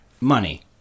money